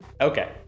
Okay